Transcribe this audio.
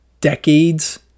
decades